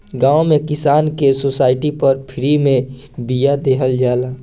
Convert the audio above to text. गांव में किसान के सोसाइटी पर फ्री में बिया देहल जाला